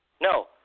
no